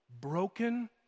Broken